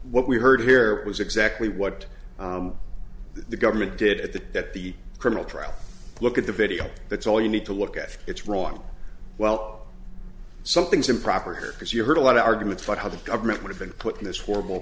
what we heard here was exactly what the government did at the at the criminal trial look at the video that's all you need to look at it's wrong well something's improper because you heard a lot of arguments about how the government would have been put in this horrible